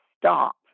stop